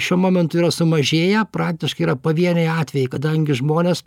šiuo momentu yra sumažėję praktiškai yra pavieniai atvejai kadangi žmonės